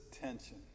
tension